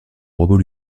robot